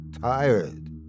tired